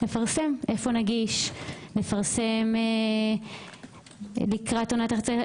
לפרסם איפה נגיש, לפרסם לקראת עונת הרחצה.